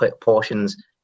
portions